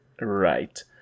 Right